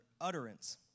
utterance